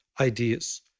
ideas